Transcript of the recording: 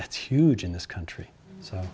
that's huge in this country so